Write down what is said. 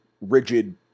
rigid